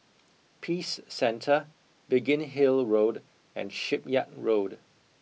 Peace Centre Biggin Hill Road and Shipyard Road